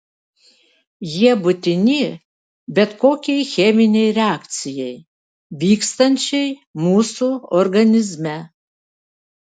jie būtini bet kokiai cheminei reakcijai vykstančiai mūsų organizme